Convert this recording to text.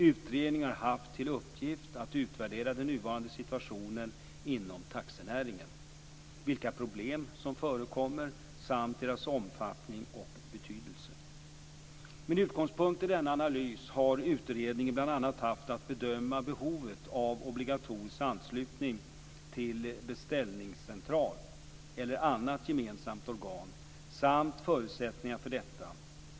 Utredningen har haft till uppgift att utvärdera den nuvarande situationen inom taxinäringen, vilka problem som förekommer samt deras omfattning och betydelse. Med utgångspunkt i denna analys har utredningen bl.a. haft att bedöma behovet av obligatorisk anslutning till beställningscentral, eller annat gemensamt organ, samt förutsättningarna för detta.